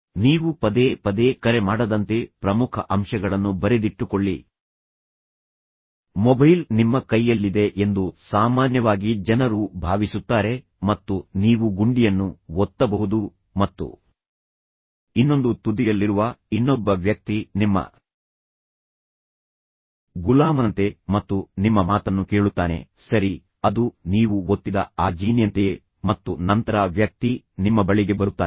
ನೀವು ಪದೇ ಪದೇ ಕರೆ ಮಾಡದಂತೆ ಪ್ರಮುಖ ಅಂಶಗಳನ್ನು ಬರೆದಿಟ್ಟುಕೊಳ್ಳಿ ಮೊಬೈಲ್ ನಿಮ್ಮ ಕೈಯಲ್ಲಿದೆ ಎಂದು ಸಾಮಾನ್ಯವಾಗಿ ಜನರು ಭಾವಿಸುತ್ತಾರೆ ಮತ್ತು ನೀವು ಗುಂಡಿಯನ್ನು ಒತ್ತಬಹುದು ಮತ್ತು ಇನ್ನೊಂದು ತುದಿಯಲ್ಲಿರುವ ಇನ್ನೊಬ್ಬ ವ್ಯಕ್ತಿ ನಿಮ್ಮ ಗುಲಾಮನಂತೆ ಮತ್ತು ನಿಮ್ಮ ಮಾತನ್ನು ಕೇಳುತ್ತಾನೆ ಸರಿ ಅದು ನೀವು ಒತ್ತಿದ ಆ ಜೀನಿಯಂತೆಯೇ ಮತ್ತು ನಂತರ ವ್ಯಕ್ತಿ ನಿಮ್ಮ ಬಳಿಗೆ ಬರುತ್ತಾನೆ